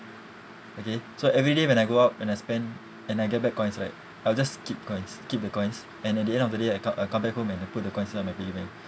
okay so everyday when I go out when I spend and I get back coins right I'll just keep coins keep the coins and at the end of the day I co~ I come back home and I put the coins inside my piggy bank